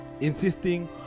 Insisting